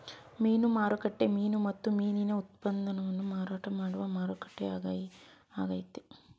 ಮೀನು ಮಾರುಕಟ್ಟೆ ಮೀನು ಮತ್ತು ಮೀನಿನ ಉತ್ಪನ್ನವನ್ನು ಮಾರಾಟ ಮಾಡುವ ಮಾರುಕಟ್ಟೆ ಆಗೈತೆ